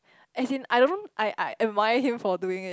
as in I don't I I advice him for doing it